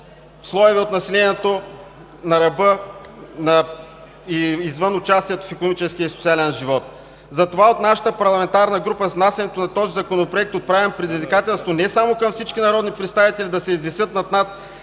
слоеве от населението на ръба и извън участието в икономическия и социален живот. Затова от нашата парламентарна група с внасянето на този Законопроект отправяме предизвикателство не само към всички народни представители да се извисят над